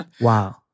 Wow